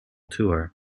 tour